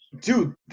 dude